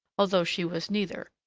although she was neither.